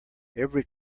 every